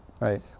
right